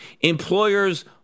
Employers